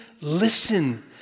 Listen